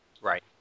Right